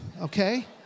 okay